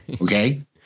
Okay